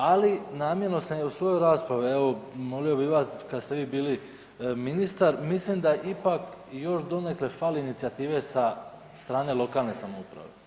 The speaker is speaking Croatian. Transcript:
Ali, namjerno sam i u svojoj raspravi, evo, molio bi vas, kad ste vi bili ministar, mislim da ipak još donekle fali inicijative sa strane lokalne samouprave.